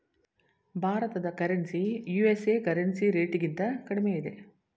ಭಾರತದ currency USA currency ರೇಟ್ಗಿಂತ ಕಡಿಮೆ ಇದೆ